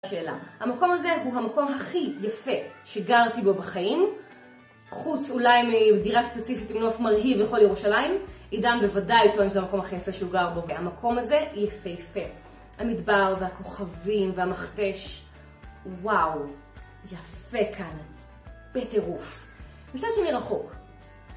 המקום הזה הוא המקום הכי יפה שגרתי בו בחיים, חוץ אולי מדירה ספציפית עם נוף מרהיב לכל ירושלים, עידן בוודאי טוען שזה המקום הכי יפה שהוא גר בו, המקום הזה יפייפה, המדבר והכוכבים והמכתש, וואו יפה כאן בטירוף. מצד שני רחוק